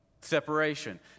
separation